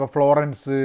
Florence